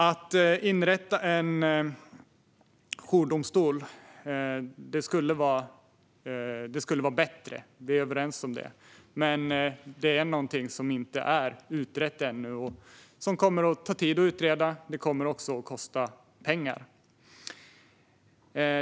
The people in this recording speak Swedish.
Att inrätta en jourdomstol skulle vara bättre. Vi är överens om det. Det är dock något som ännu inte är utrett. En utredning kommer att ta tid och kosta pengar.